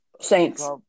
Saints